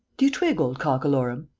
do you twig, old cockalorum?